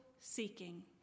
seeking